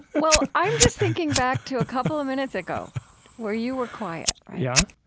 well, i'm just thinking back to a couple of minutes ago where you were quiet. yeah